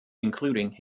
including